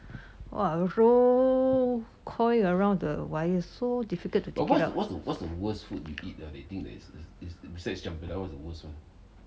!wah! roll coil around the wire so difficult to take it out